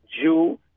Jew